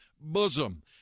bosom